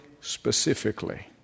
specifically